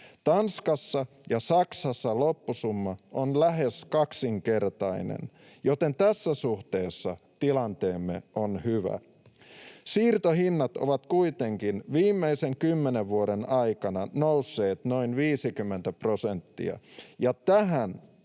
Tanskassa ja Saksassa loppusumma on lähes kaksinkertainen, joten tässä suhteessa tilanteemme on hyvä. Siirtohinnat ovat kuitenkin viimeisen kymmenen vuoden aikana nousseet noin 50 prosenttia, ja tähän